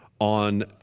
on